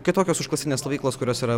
kitokios užklasinės stovyklos kurios yra